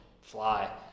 fly